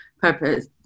purpose